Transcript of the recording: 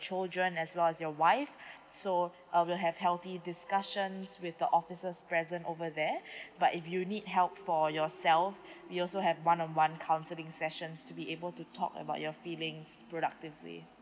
children as well as your wife so uh we'll have healthy discussions with the officers present over there but if you need help for yourself we also have one on one counseling sessions to be able to talk about your feelings productively